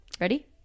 Ready